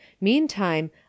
Meantime